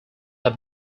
have